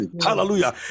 hallelujah